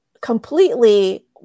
completely